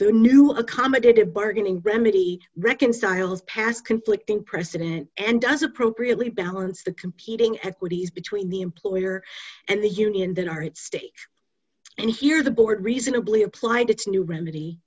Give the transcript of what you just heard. their new accommodative bargain in remedy reconciles past conflicting precedent and does appropriately balance the competing equities between the employer and the union that are at stake and here the board reasonably applied its new remedy